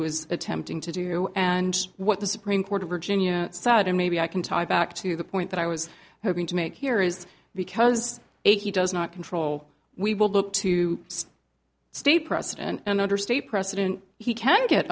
was attempting to do and what the supreme court of virginia said and maybe i can tie back to the point that i was hoping to make here is because he does not control we will look to state precedent and under state precedent he can get